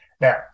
Now